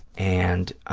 and